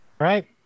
right